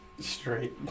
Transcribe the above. straight